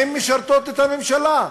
הן משרתות את הממשלה.